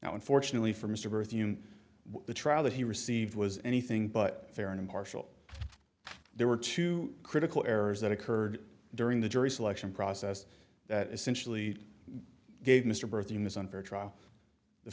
unfortunately for mr murthy the trial that he received was anything but fair and impartial there were two critical errors that occurred during the jury selection process that essentially gave mr birthing this unfair trial the